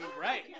Right